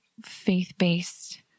faith-based